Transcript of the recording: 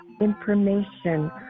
information